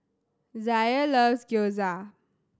Zaire loves Gyoza